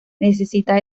necesita